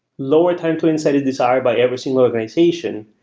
lower time to insight is desired by every single organization,